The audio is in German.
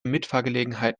mitfahrgelegenheit